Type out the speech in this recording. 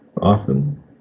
often